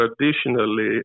traditionally